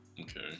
Okay